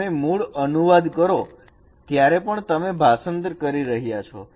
તમે મૂળ અનુવાદ કરો ત્યારે પણ તમે ભાષાંતર કરી રહ્યા છો